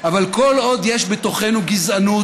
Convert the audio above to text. אבל כל עוד יש בתוכנו גזענות,